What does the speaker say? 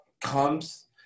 comes